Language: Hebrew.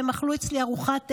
הם אכלו אצלי ארוחת ערב,